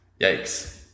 Yikes